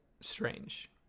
strange